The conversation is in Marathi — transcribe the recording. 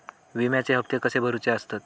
विम्याचे हप्ते कसे भरुचे असतत?